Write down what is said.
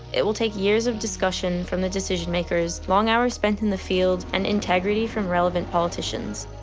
it will take years of discussion from the decision-makers, long hours spent in the field, and integrity from relevant politicians.